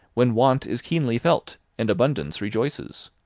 when want is keenly felt, and abundance rejoices.